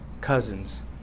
cousins